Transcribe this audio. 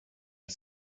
the